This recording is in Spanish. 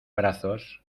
brazos